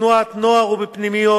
בתנועת נוער או בפנימיות,